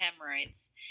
hemorrhoids